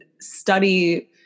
study